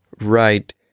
Right